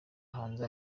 hanze